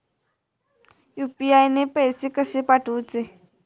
UPI ने पैशे कशे पाठवूचे?